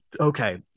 Okay